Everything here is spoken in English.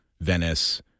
Venice